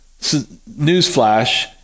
Newsflash